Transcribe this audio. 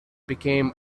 became